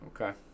Okay